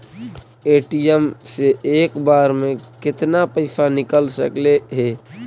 ATM से एक बार मे केतना पैसा निकल सकले हे?